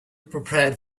prepared